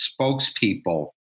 spokespeople